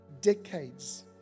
decades